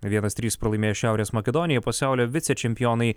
vienas trys pralaimėjo šiaurės makedonijai pasaulio vicečempionai